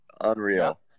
unreal